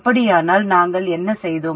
அப்படியானால் நாங்கள் என்ன செய்தோம்